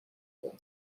pool